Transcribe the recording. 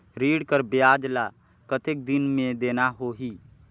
ऋण कर ब्याज ला कतेक दिन मे देना होही?